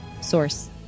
Source